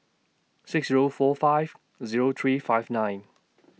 six Zero four five Zero three five nine